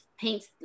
paints